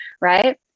right